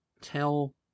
Tell